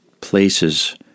places